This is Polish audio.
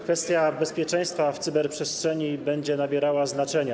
Kwestia bezpieczeństwa w cyberprzestrzeni będzie nabierała znaczenia.